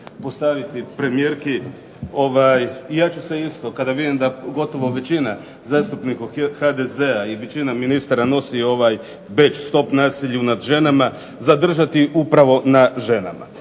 postaviti premijerki i ja ću se isto kada vidim da gotovo većina zastupnika HDZ-a i većina ministara nosi ovaj bedž "Stop nasilju nad ženama" zadržati upravo na ženama.